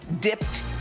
dipped